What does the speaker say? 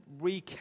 recap